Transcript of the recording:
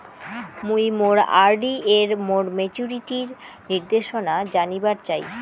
মুই মোর আর.ডি এর মোর মেচুরিটির নির্দেশনা জানিবার চাই